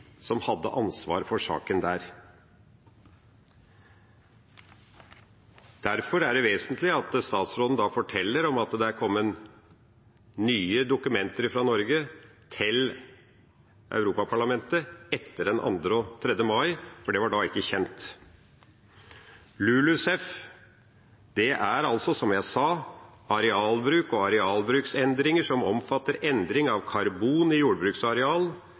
som hadde ansvar for saken der. Derfor er det vesentlig at statsråden forteller om at det er kommet nye dokumenter fra Norge til Europaparlamentet etter den 2. og 3. mai, for det var da ikke kjent. LULUCF gjelder altså, som jeg sa «arealbruk, arealbruksendringer som omfatter endringer av karbon i jordbruksareal,